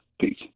Peace